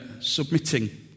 submitting